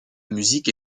musique